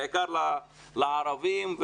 בעיקר לערבים,